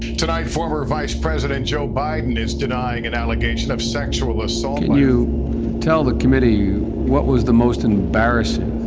tonight former vice president joe biden is denying an allegation of sexual assault. you tell the committee what was the most embarrassing